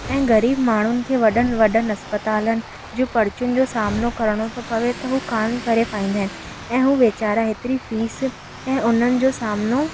ऐं ग़रीब माण्हुनि खे वॾनि वॾनि इस्पतालनि जो पर्चियुनि जो सामिनो करिणो थो पवे त हू कान करे पाईंदा आहिनि ऐं हू विचारा हेतिरी फिस ऐं उन्हनि जो सामनो